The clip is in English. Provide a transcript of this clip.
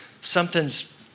something's